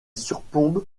surplombe